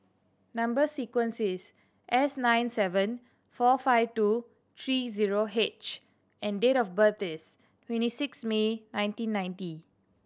number sequence is S nine seven four five two three zero H and date of birth is twenty six May nineteen ninety